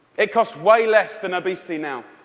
it costs way less than obesity now.